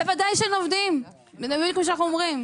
בוודאי שאין עובדים, זה בדיוק מה שאנחנו אומרים.